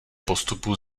postupu